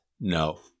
No